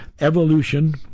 Evolution